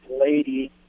lady